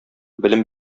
белем